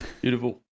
Beautiful